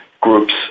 groups